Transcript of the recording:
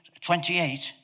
28